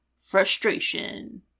frustration